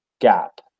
gap